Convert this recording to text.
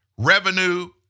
Revenue